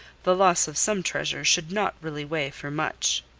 the loss of some treasure should not really weigh for much.